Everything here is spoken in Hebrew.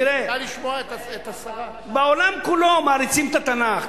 תראה, בעולם כולו מעריצים את התנ"ך.